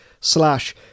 slash